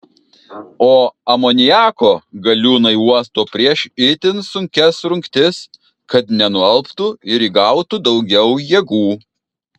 o amoniako galiūnai uosto prieš itin sunkias rungtis kad nenualptų ir įgautų daugiau jėgų